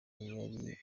yari